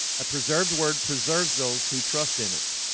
a preserved word preserves those who trust in it